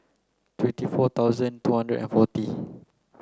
twenty four thousand two hundred and forty